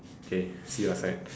okay see you outside